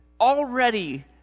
already